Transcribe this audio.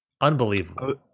unbelievable